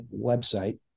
website